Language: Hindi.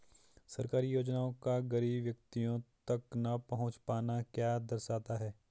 सरकारी योजनाओं का गरीब व्यक्तियों तक न पहुँच पाना क्या दर्शाता है?